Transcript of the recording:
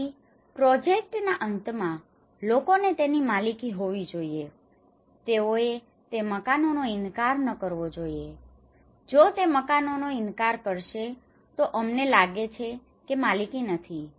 તેથી પ્રોજેક્ટના અંતમાં લોકોને તેની માલિકી હોવી જોઈએ તેઓએ તે મકાનોનો ઇનકાર ન કરવો જોઈએ જો તે મકાનોનો ઇનકાર કરશે તો અમને લાગે છે કે માલિકી નથી